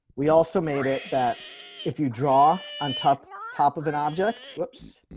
we also made it that if you draw on top, top of an object. whoops.